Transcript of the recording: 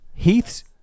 Heath's